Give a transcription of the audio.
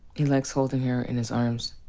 he likes holding her in his arms,